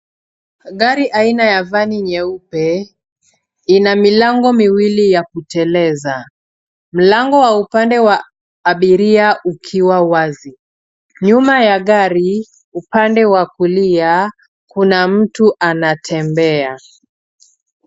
Gari aina ya vani nyeupe, ina milango miwili ya kuteleza, mlango wa upande wa abiria ukiwa wazi. Nyuma ya gari, upande wa kulia, kuna mtu anatembea.